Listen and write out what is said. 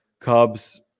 Cubs